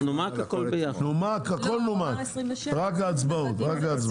הכול נומק, רק הצבעות.